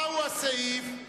מהו הסעיף,